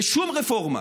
ושום רפורמה